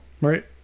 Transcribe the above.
Right